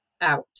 out